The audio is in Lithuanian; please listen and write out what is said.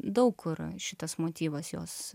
daug kur šitas motyvas jos